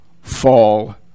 Fall